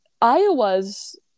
Iowa's